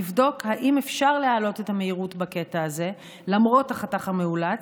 לבדוק אם אפשר להעלות את המהירות בקטע הזה למרות החתך המאולץ,